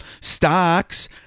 Stocks